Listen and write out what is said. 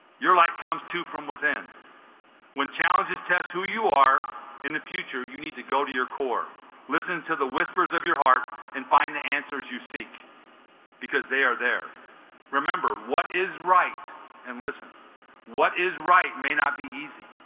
your light comes to from within when challenges test who you are in the future you need to go to your core listen to the whispers of your heart and find the answers you seek because they are there remember what is right and listen what is right may not be easy